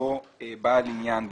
או בעל עניין בגוף.